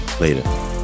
Later